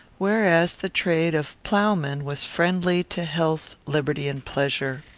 whereas the trade of ploughman was friendly to health, liberty, and pleasure.